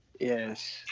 Yes